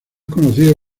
conocido